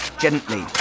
gently